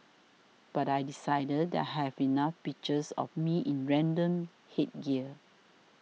but I decided that I have enough pictures of me in random headgear